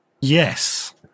Yes